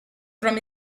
from